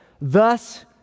thus